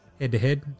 head-to-head